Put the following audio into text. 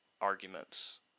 arguments